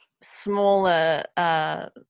smaller